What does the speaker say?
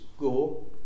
go